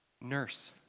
nurse